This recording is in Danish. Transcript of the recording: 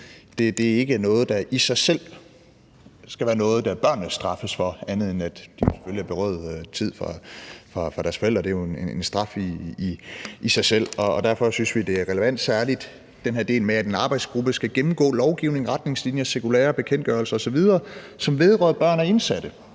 forældre ikke i sig selv er noget, børnene skal straffes for – andet end at de selvfølgelig er berøvet tid fra deres forældre, hvilket jo er en straf i sig selv. Og derfor synes vi, at den her del med, at en arbejdsgruppe skal gennemgå lovgivning, retningslinjer, cirkulærer, bekendtgørelser osv., som vedrører børn af indsatte,